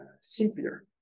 simpler